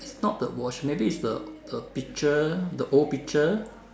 not the wash maybe is the the picture the old picture